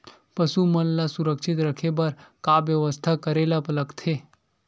पशु मन ल सुरक्षित रखे बर का बेवस्था करेला लगथे?